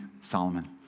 Solomon